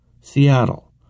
Seattle